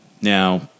Now